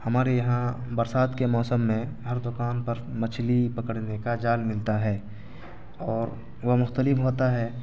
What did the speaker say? ہمارے یہاں برسات کے موسم میں ہر دکان پر مچھلی پکڑنے کا جال ملتا ہے اور وہ مختلف ہوتا ہے